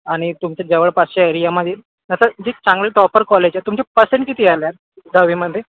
आणि तुमच्या जवळपासच्या एरियामध्ये असं जे चांगले टॉपर कॉलेज आहे तुमचे परसेंट किती आले आहेत दहावीमध्ये